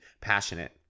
passionate